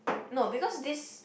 no because this